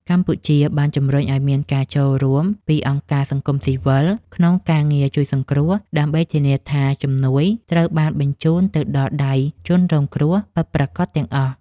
កម្ពុជាបានជំរុញឱ្យមានការចូលរួមពីអង្គការសង្គមស៊ីវិលក្នុងការងារជួយសង្គ្រោះ ដើម្បីធានាថាជំនួយត្រូវបានបញ្ជូនទៅដល់ដៃជនរងគ្រោះពិតប្រាកដទាំងអស់។